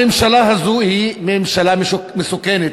הממשלה הזאת היא ממשלה מסוכנת.